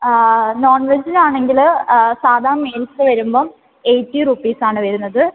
non veg ആണെങ്കിൽ സാധാ meals വരുമ്പം എയ്റ്റി റുപ്പീസ് ആണ് വരുന്നത്